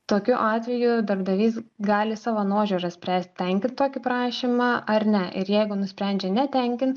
tokiu atveju darbdavys gali savo nuožiūra spręst tenkint tokį prašymą ar ne ir jeigu nusprendžia netenkint